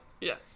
Yes